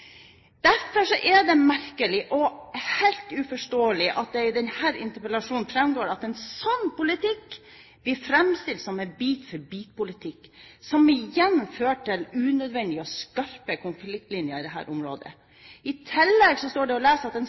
Derfor er det merkelig og helt uforståelig at det i denne interpellasjonen framgår at en slik politikk blir framstilt som en bit-for-bit-politikk, som igjen fører til unødvendige og skarpe konfliktlinjer i dette området. I tillegg står det å lese at en